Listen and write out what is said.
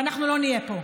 ואנחנו לא נהיה פה.